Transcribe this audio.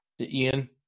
Ian